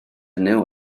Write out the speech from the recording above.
nhw